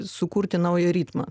sukurti naują ritmą